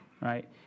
right